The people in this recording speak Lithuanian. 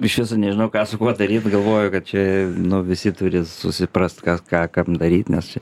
iš viso nežinau ką su kuo daryt galvoju kad čia visi turi susiprast kas ką daryt nes čia